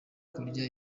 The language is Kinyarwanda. kurya